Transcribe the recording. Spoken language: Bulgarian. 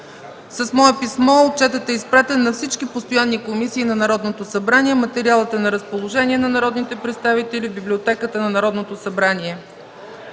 С мое писмо отчетът е изпратен на всички постоянни комисии на Народното събрание. Материалът е на разположение на народните представители в Библиотеката на Народното събрание.